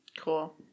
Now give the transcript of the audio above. Cool